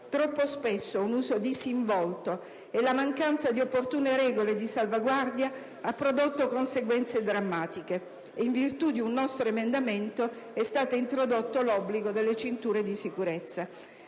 Troppo spesso un uso disinvolto e la mancanza di opportune regole di salvaguardia ha prodotto conseguenze drammatiche. Ed in virtù di un nostro emendamento è stato introdotto l'obbligo delle cinture di sicurezza.